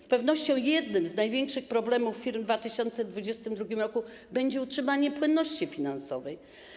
Z pewnością jednym z największych problemów firm w 2022 r. będzie utrzymanie płynności finansowej.